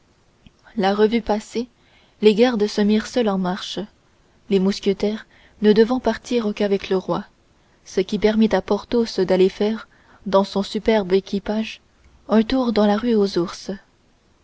la revue passée les gardes se mirent seuls en marche les mousquetaires ne devant partir qu'avec le roi ce qui permit à porthos d'aller faire dans son superbe équipage un tour dans la rue aux ours